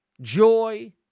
joy